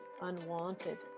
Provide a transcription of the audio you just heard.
unwanted